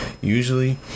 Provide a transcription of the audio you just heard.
usually